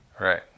right